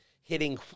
hitting